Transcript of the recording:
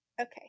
Okay